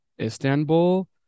Istanbul